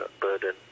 burden